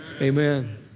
Amen